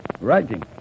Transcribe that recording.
Writing